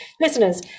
listeners